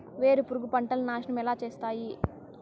వేరుపురుగు పంటలని నాశనం ఎలా చేస్తాయి?